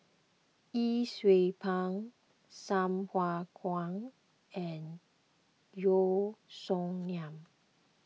Yee Siew Pun Sai Hua Kuan and Yeo Song Nian